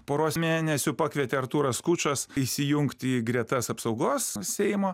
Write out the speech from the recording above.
poros mėnesių pakvietė artūras skučas įsijungti į gretas apsaugos seimo